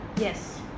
Yes